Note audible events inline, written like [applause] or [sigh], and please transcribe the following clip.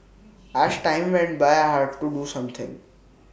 [noise] as time went by I had to do something